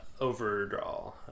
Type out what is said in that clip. Overdraw